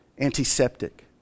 antiseptic